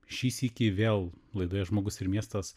šį sykį vėl laidoje žmogus ir miestas